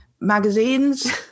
magazines